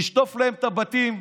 לשטוף להם את הבתים,